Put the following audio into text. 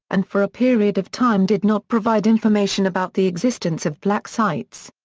and for a period of time did not provide information about the existence of black sites.